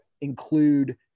include